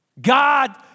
God